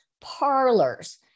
parlors